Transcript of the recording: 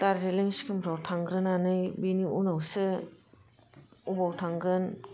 दारजिलिं सिक्किमफ्राव थांग्रोनानै बेनि उनावसो अबाव थांगोन